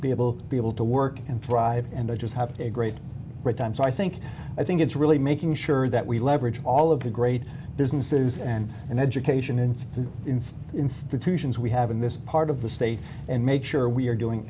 be able to be able to work and thrive and i just have a great great time so i think i think it's really making sure that we leverage all of the great businesses and and education and the institutions we have in this part of the state and make sure we're doing